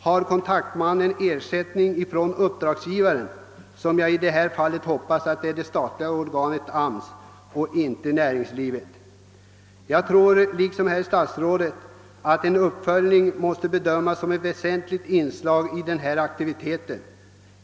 Har kontaktmannen ersättning från uppdragsgivaren, som jag hoppas är det statliga organet AMS och inte näringslivet? Jag tror liksom statsrådet att en uppföljning av de olika fallen måste bedömas som ett väsentligt inslag i denna aktivitet.